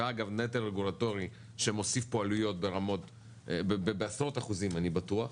ואגב נטל רגולטורי שמוסיף פה עלויות בעשרות אחוזים אני בטוח,